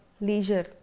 leisure